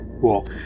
Cool